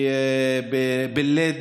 בלוד,